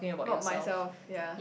lock myself yea